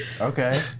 Okay